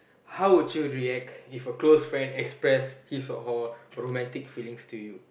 how would you react if your close friend express his or her romantic feelings to you